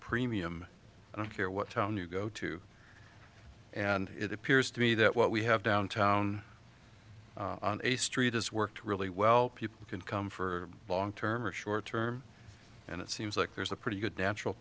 premium i don't care what town you go to and it appears to me that what we have downtown on a street has worked really well people can come for long term or short term and it seems like there's a pretty good natural